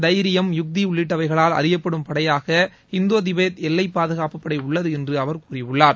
தைியம் யுக்தி உள்ளிட்டவைகளால் அறியப்படும் பளடயாக இந்தோ தீபத் எல்லை பாதுகாப்பு படை உள்ளது என்று அவர் கூறியுள்ளார்